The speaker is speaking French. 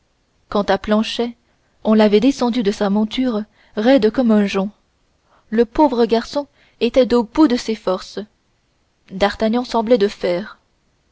quant à planchet on l'avait descendu de sa monture raide comme un jonc le pauvre garçon était au bout de ses forces d'artagnan semblait de fer